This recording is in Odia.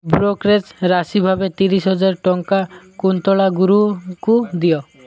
ବ୍ରୋକରେଜ୍ ରାଶି ଭାବେ ତିରିଶହଜାର ଟଙ୍କା କୁନ୍ତଳା ଗୁରୁଙ୍କୁ ଦିଅ